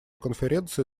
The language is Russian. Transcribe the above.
конференции